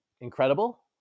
incredible